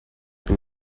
bin